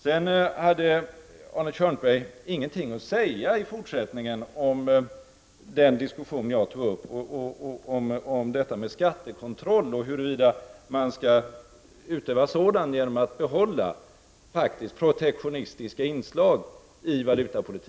Sedan hade Arne Kjörnsberg ingenting att säga om den diskussion jag tog upp om skattekontroll och huruvida man skall utöva sådan genom att faktiskt behålla protektionistiska inslag i valutapolitiken.